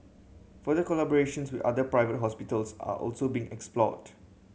further collaborations with other private hospitals are also being explored